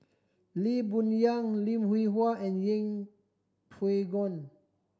Lee Boon Yang Lim Hwee Hua and Yeng Pway Ngon